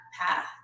path